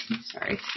Sorry